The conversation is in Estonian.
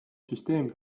süsteem